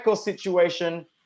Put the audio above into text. situation